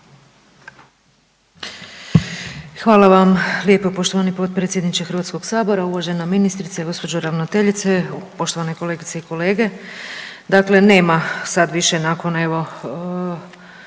Hvala vam lijepo, poštovani potpredsjedniče Hrvatskog sabora, uvažena ministrice, gospođo ravnateljice, poštovane kolegice i kolege. Dakle, nema sad više nakon evo